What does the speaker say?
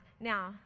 now